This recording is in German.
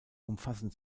umfassen